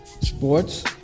Sports